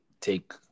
take